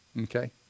Okay